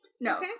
No